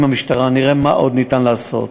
עם המשטרה, נראה מה עוד ניתן לעשות.